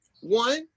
One